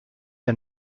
der